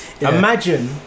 imagine